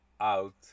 out